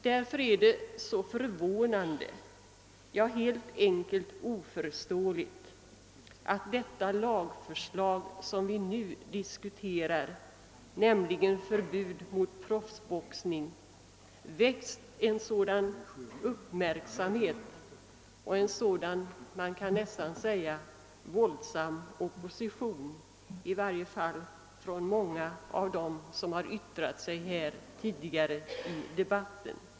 Därför är det så förvånande, ja, helt enkelt oförståeligt, att det lagförslag som vi nu diskuterar, nämligen förbud mot professionell boxning, väckt en sådan uppmärksamhet och en sådan, man kan nästan säga våldsam opposition åtminstone hos många av dem som har yttrat sig här tidigare i debatten.